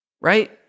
Right